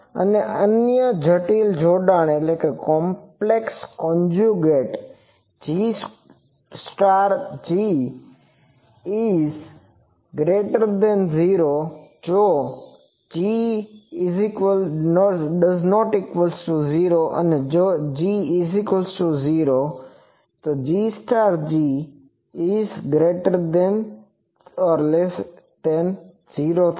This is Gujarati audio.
અને અન્ય જટિલ જોડાણ 〈gg〉 0 જો g0 અને જો g0 તો 〈gg〉0 થશે